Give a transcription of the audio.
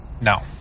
No